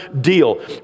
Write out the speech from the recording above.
deal